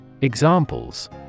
Examples